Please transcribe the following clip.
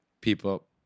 people